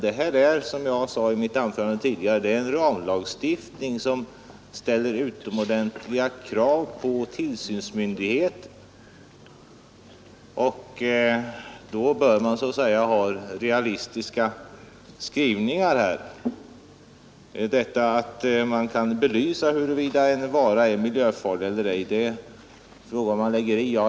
Det är, som jag sade i mitt anförande, en ramlagstiftning som ställer utomordentliga krav på tillsynsmyndigheten, och då bör man ha realistiska skrivningar. Detta att man kan belysa huruvida en vara är miljöfarlig eller ej är en fråga om vad man lägger in i begreppet.